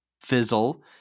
fizzle